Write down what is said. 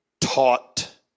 taught